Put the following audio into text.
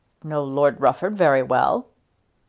know lord rufford very well!